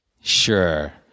Sure